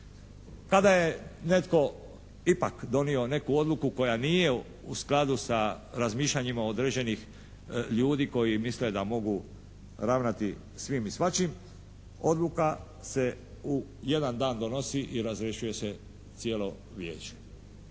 Tada je netko ipak donio neku odluku koja nije u skladu sa razmišljanjima određenih ljudi koji misle da mogu ravnati svim i svačim. Odluka se u jedan dan donosi i razrješuje se cijelo Vijeće.